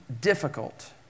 difficult